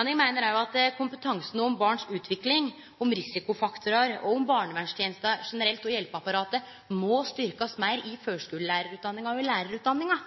Eg meiner òg at kompetansen når det gjeld barns utvikling, risikofaktorar, barnevernstenesta generelt og hjelpeapparatet må styrkjast meir i førskule- og lærarutdanninga.